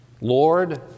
Lord